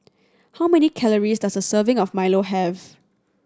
how many calories does a serving of milo have